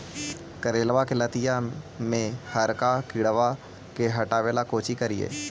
करेलबा के लतिया में हरका किड़बा के हटाबेला कोची करिए?